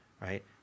right